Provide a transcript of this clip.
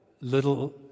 little